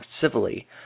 civilly